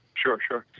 sure, sure.